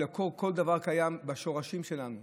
לעקור כל דבר קיים בשורשים שלנו,